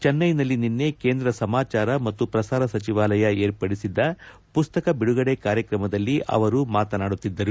ಚೆನ್ನೈನಲ್ಲಿ ನಿನ್ನೆ ಕೇಂದ್ರ ಸಮಾಚಾರ ಮತ್ತು ಪ್ರಸಾರ ಸಚಿವಾಲಯ ಏರ್ಪಡಿಸಿದ್ದ ಮಸ್ತಕ ಬಿಡುಗಡೆ ಕಾರ್ಯಕ್ರಮದಲ್ಲಿ ಅವರು ಮಾತನಾಡುತ್ತಿದ್ದರು